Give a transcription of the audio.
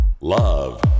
Love